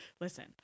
listen